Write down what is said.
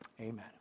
amen